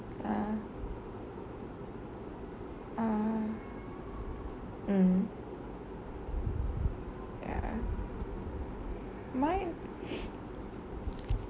(uh huh) (uh huh) mm ya mine